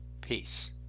Peace